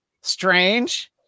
strange